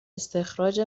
استخراج